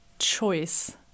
choice